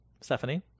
stephanie